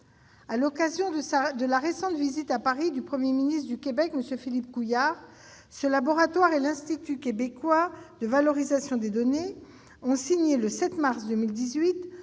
À l'occasion de la récente visite à Paris du Premier ministre du Québec, M. Philippe Couillard, ce laboratoire et l'Institut québécois de valorisation des données ont signé, le 7 mars 2018,